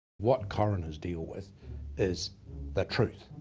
what coroners deal with is the truth,